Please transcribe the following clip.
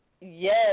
Yes